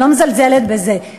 אני לא מזלזלת בזה,